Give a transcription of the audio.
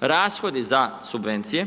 Rashodi za subvencija